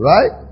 Right